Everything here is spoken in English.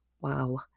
wow